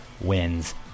wins